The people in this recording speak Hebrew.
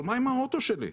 אבל מה עם האוטו שלי?